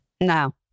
No